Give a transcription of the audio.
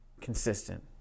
consistent